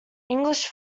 english